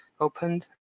opened